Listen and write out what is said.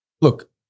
Look